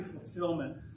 fulfillment